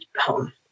home